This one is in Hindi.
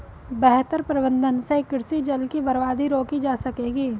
बेहतर प्रबंधन से कृषि जल की बर्बादी रोकी जा सकेगी